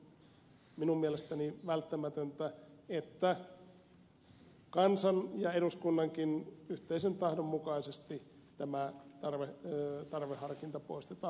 siksi on minun mielestäni välttämätöntä että kansan ja eduskunnankin yhteisen tahdon mukaisesti tämä tarveharkinta poistetaan kokonaan